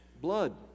blood